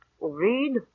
Read